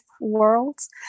worlds